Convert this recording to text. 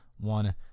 one